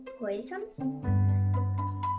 Poison